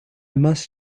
must